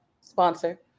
sponsor